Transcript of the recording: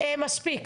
מספיק.